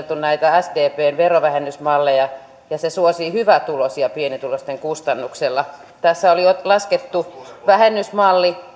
kun näitä sdpn verovähennysmalleja on laskeskeltu niin ne suosivat hyvätuloisia pienituloisten kustannuksella tässä oli laskettu vähennysmalli